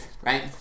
right